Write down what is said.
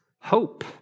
hope